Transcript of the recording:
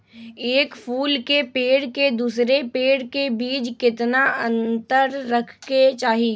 एक फुल के पेड़ के दूसरे पेड़ के बीज केतना अंतर रखके चाहि?